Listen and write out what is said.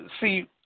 see